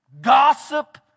Gossip